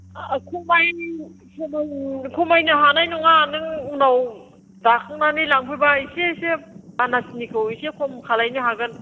खमाय खमायनो हानाय नङा नों उनाव दाखांनानै लांफैब्ला एसे एसे बानासनिखौ एसे खम खालायनो हागोन